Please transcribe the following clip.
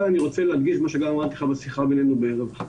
אבל אני רוצה להדגיש מה שגם אמרתי לך בשיחה בינינו בערב החג.